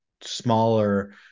smaller